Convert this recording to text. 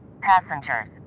passengers